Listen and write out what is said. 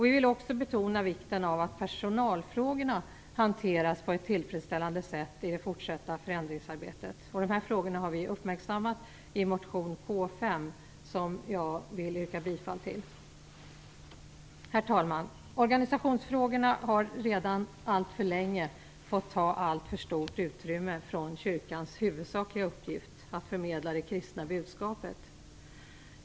Vi vill också betona vikten av att personalfrågorna hanteras på ett tillfredsställande sätt i det fortsatta förändringsarbetet. De här frågorna har vi uppmärksammat i motion K5, som jag vill yrka bifall till. Herr talman! Organisationsfrågorna har redan alltför länge fått ta alltför stort utrymme från kyrkans huvudsakliga uppgift, att förmedla det kristna budskapet.